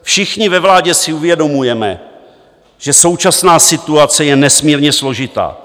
Všichni ve vládě si uvědomujeme, že současná situace je nesmírně složitá.